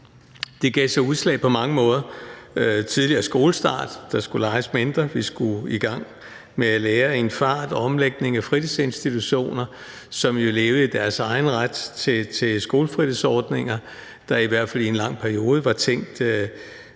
Det gav sig udslag på mange måder, bl.a. i tidligere skolestart – der skulle leges mindre, og man skulle i gang med at lære i en fart – og omlægning af fritidsinstitutioner, som jo levede i deres egen ret, til skolefritidsordninger, der i hvert fald i en lang periode var tænkt